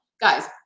Guys